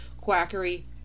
quackery